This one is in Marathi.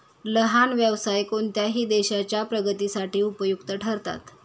लहान व्यवसाय कोणत्याही देशाच्या प्रगतीसाठी उपयुक्त ठरतात